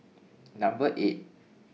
Number eight